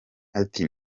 ati